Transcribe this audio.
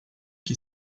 que